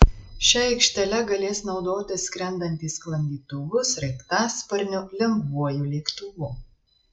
šia aikštele galės naudotis skrendantys sklandytuvu sraigtasparniu lengvuoju lėktuvu